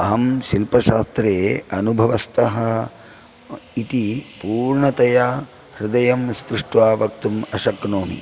अहं शिल्पशास्त्रे अनुभवस्तः इति पूर्णतया हृदयं स्पृष्ट्वा वक्तुम् अशक्नोमि